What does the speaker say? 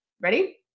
ready